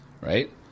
right